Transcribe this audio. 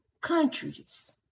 countries